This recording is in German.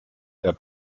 der